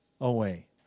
away